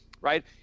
Right